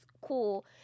cool